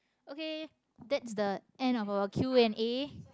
okay that's the end of our Q and A